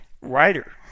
writer